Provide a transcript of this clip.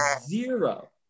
zero